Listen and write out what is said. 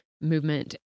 movement